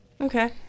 Okay